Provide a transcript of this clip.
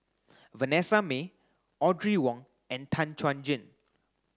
Vanessa Mae Audrey Wong and Tan Chuan Jin